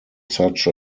such